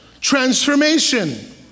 Transformation